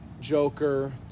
Joker